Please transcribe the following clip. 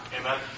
Amen